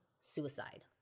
suicide